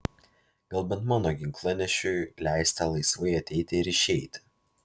gal bent mano ginklanešiui leisite laisvai ateiti ir išeiti